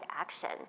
action